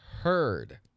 heard